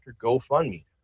GoFundMe